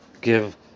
give